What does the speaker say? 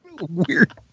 Weird